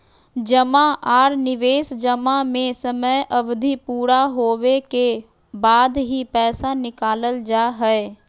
जमा आर निवेश जमा में समय अवधि पूरा होबे के बाद ही पैसा निकालल जा हय